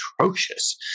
atrocious